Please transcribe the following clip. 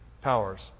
powers